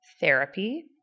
therapy